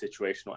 situational